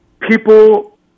people